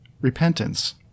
Repentance